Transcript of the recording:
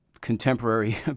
contemporary